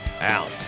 out